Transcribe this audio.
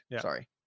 sorry